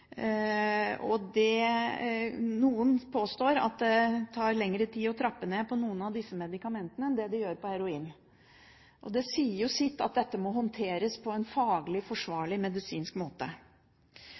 lang nedtrapping. Noen påstår at det tar lengre tid å trappe ned på noen av disse medikamentene enn det det gjør på heroin. Det sier jo sitt at dette må håndteres på en faglig